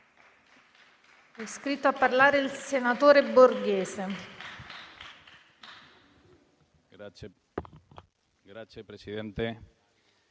Grazie, presidente